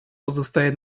pozostaje